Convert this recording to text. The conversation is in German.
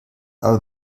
aber